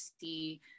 see